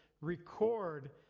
record